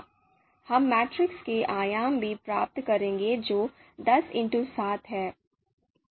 हम मैट्रिक्स के आयाम भी प्राप्त करेंगे जो 10x7 है